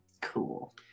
Cool